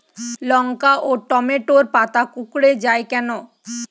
লঙ্কা ও টমেটোর পাতা কুঁকড়ে য়ায় কেন?